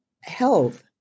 health